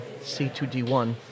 C2D1